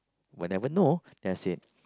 we'll never know then I say